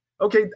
Okay